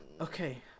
Okay